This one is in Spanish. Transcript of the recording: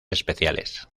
especiales